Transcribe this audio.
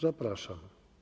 Zapraszam.